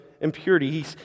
impurity